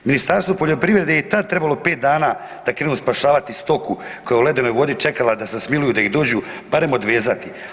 Ministarstvu poljoprivrede je i tad trebalo pet dana da krenu spašavati stoku koja je u ledenoj vodi čekala da se smiluju, da ih dođu barem odvezati.